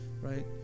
right